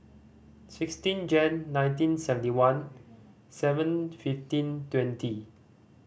sixteen Jan nineteen seventy one seven fifteen twenty